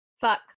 Fuck